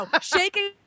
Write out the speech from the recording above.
shaking